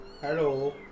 Hello